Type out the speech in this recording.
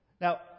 Now